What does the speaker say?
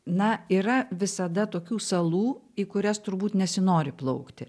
na yra visada tokių salų į kurias turbūt nesinori plaukti